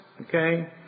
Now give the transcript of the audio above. Okay